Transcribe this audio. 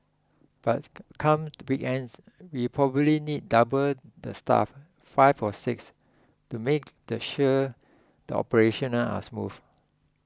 but come to weekends we probably need double the staff five or six to make the sure the operations none are smooth